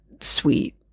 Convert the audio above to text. Sweet